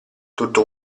tutto